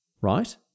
right